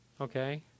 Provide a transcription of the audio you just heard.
Okay